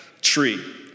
tree